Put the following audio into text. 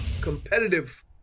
competitive